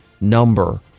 number